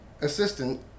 assistant